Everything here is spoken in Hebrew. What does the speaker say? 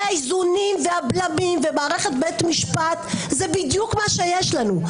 הרי האיזונים והבלמים ומערכת בית המשפט זה בדיוק מה שיש לנו,